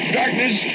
darkness